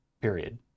period